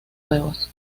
huevos